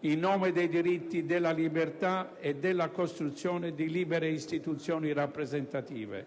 in nome dei diritti della libertà e della costruzione di libere istituzioni rappresentative.